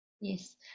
yes